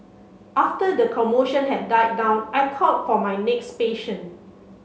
after the commotion had died down I called for my next patient